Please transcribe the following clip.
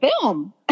film